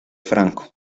franco